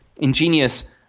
ingenious